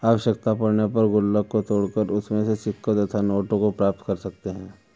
आवश्यकता पड़ने पर गुल्लक को तोड़कर उसमें से सिक्कों तथा नोटों को प्राप्त कर सकते हैं